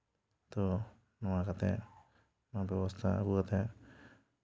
ᱟᱫᱚ ᱱᱚᱣᱟ ᱠᱟᱛᱮᱜ ᱱᱚᱣᱟ ᱵᱮᱵᱚᱥᱛᱷᱟ ᱟᱹᱜᱩ ᱠᱟᱛᱮᱜ